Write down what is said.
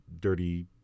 dirty